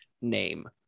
name